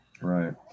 Right